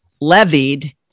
levied